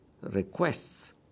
requests